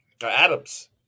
Adams